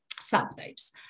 subtypes